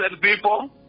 people